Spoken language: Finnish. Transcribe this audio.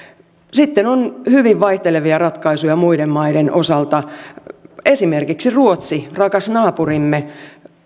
sitten on hyvin vaihtelevia ratkaisuja muiden maiden osalta esimerkiksi ruotsissa rakkaassa naapurissamme